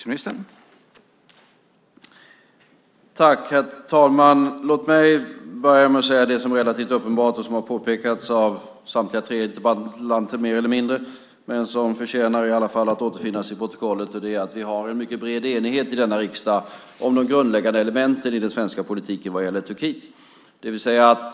Herr talman! Låt mig börja med att säga det som är relativt uppenbart och som har påpekats av samtliga tre interpellanter mer eller mindre men som i alla fall förtjänar att återfinnas i protokollet, nämligen att vi har en mycket bred enighet i denna riksdag om de grundläggande elementen i den svenska politiken vad gäller Turkiet.